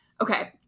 Okay